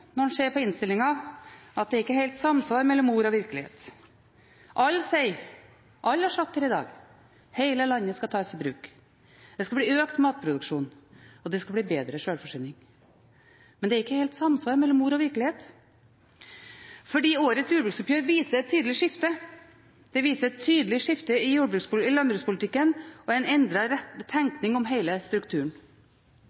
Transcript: Når en ser på innstillingen, er det jo ikke helt samsvar mellom ord og virkelighet. Alle har sagt her i dag at hele landet skal tas i bruk. Det skal bli økt matproduksjon, og det skal bli bedre sjølforsyning, men det er ikke helt samsvar mellom ord og virkelighet. For årets jordbruksoppgjør viser et tydelig skifte. Det viser et tydelig skifte i landbrukspolitikken og